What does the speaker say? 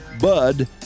Bud